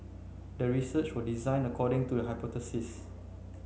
the research was designed according to the hypothesis